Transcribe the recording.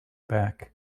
back